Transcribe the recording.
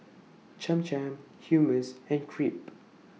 Cham Cham Hummus and Crepe